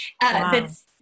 thats